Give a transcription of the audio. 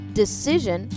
decision